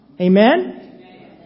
Amen